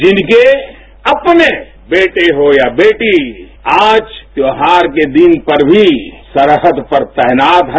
जिनके अपने वेटे होया वेटी आज त्योहार के दिन पर भी सरहद पर तैनात हैं